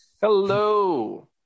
hello